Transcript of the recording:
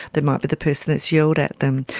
they might be the person that has yelled at them.